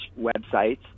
websites